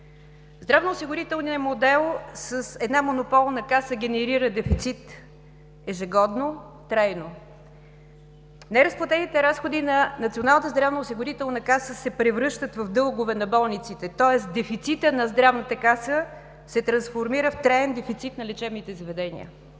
Здравноосигурителният модел с една монополна каса генерира дефицит ежегодно, трайно. Неразплатените разходи на НЗОК се превръщат в дългове на болниците, тоест дефицитът на Здравната каса се трансформира в траен дефицит на лечебните заведения.